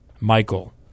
Michael